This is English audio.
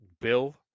Bill